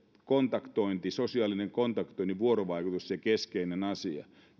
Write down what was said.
kontaktointi sosiaalinen kontaktoinnin vuorovaikutus on se keskeinen asia